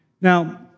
Now